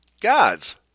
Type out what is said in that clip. God's